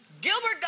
Gilbert